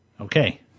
Okay